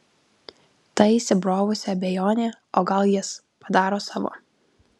ta įsibrovusi abejonė o gal jis padaro savo